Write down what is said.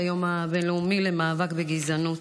את היום הבין-לאומי למאבק בגזענות.